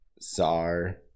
Czar